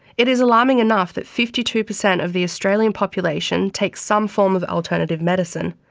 it is alarming enough that fifty two percent of the australian population takes some form of alternative medicine.